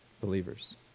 believers